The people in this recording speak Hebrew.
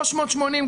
בצרפת 3.48,